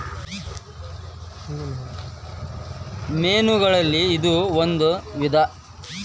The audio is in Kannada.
ಮೇನುಗಳಲ್ಲಿ ಇದು ಒಂದ ವಿಧಾ